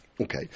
Okay